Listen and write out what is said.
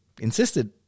insisted